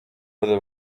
بده